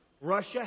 Russia